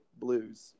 Blues